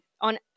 On